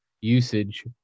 usage